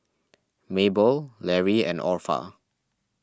Mabel Larry and Orpha